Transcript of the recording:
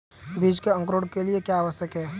बीज के अंकुरण के लिए क्या आवश्यक है?